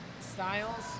styles